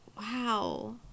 wow